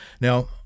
now